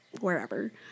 wherever